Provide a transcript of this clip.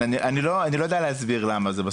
אני לא יודע להסביר למה זה.